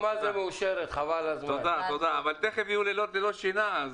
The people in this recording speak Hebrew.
אבל תיכף יהיו לילות ללא שינה.